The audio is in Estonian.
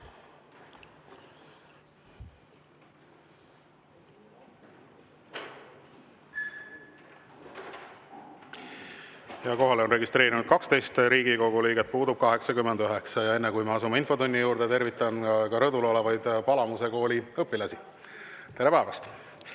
Kohalolijaks on registreerunud 12 Riigikogu liiget, puudub 89. Enne kui me asume infotunni juurde, tervitan ka rõdul olevaid Palamuse kooli õpilasi. Tere päevast!